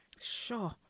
Sure